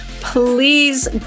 please